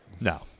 No